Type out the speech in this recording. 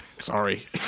sorry